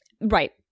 Right